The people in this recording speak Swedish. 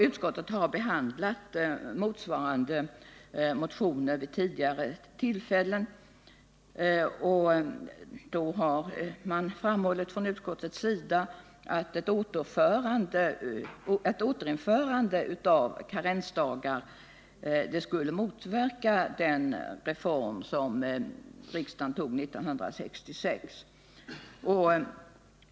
Utskottet har behandlat motsvarande motioner vid tidigare tillfällen och har då framhållit att ett återinförande av karensdagar skulle motverka den reform som riksdagen tog 1966.